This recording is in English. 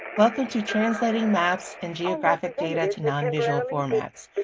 welcome to translating maps and geographic data to non-visual formats.